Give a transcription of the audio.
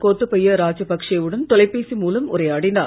கோத்தபய ராஜபக்சே உடன் தொலைபேசி மூலம் உரையாடினார்